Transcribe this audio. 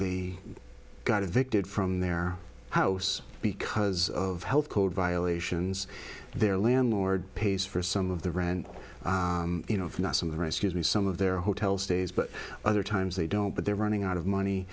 with he got evicted from their house because of health code violations their landlord pays for some of the rent you know if not some of the rescues me some of their hotel stays but other times they don't but they're running out of money